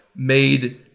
made